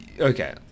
okay